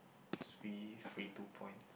is free free two points